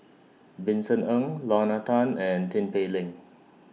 Vincent Ng Lorna Tan and Tin Pei Ling